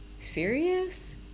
serious